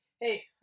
hey